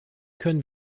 können